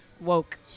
Woke